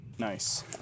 Nice